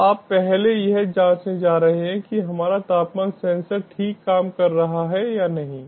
तो आप पहले यह जांचने जा रहे हैं कि हमारा तापमान सेंसर ठीक काम कर रहा है या नहीं